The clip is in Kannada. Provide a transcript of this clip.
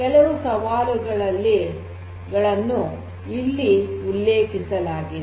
ಕೆಲವು ಸವಾಲುಗಳನ್ನು ಇಲ್ಲಿ ಉಲ್ಲೇಖಿಸಲಾಗಿದೆ